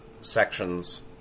sections